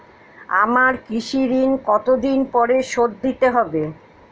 আমার কৃষিঋণ কতদিন পরে শোধ দিতে হবে?